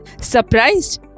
Surprised